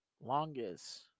Longest